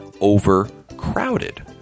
overcrowded